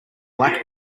black